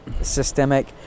Systemic